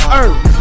earth